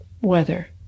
weather